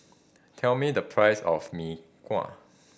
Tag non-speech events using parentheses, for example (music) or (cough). tell me the price of Mee Kuah (noise)